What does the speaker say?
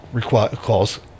calls